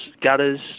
gutters